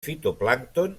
fitoplàncton